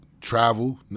Travel